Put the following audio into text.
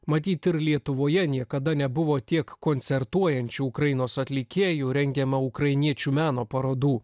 matyt ir lietuvoje niekada nebuvo tiek koncertuojančių ukrainos atlikėjų rengiama ukrainiečių meno parodų